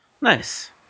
Nice